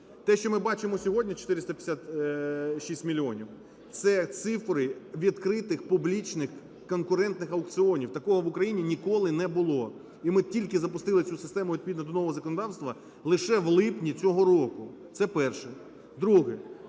Те, що ми бачимо сьогодні, 456 мільйонів – це цифри відкритих, публічних, конкурентних аукціонів. Такого в Україні ніколи не було. І ми тільки запустили цю систему відповідно до нового законодавства лише в липні цього року. Це перше. Друге.